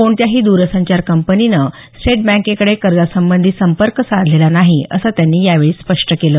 कोणत्याही द्रसंचार कंपनीने स्टेट बँकेकडे कर्जासंबंधी संपर्क साधलेला नाही असं त्यांनी स्पष्ट केलं